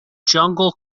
jungle